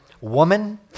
woman